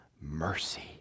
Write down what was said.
mercy